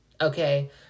Okay